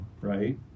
Right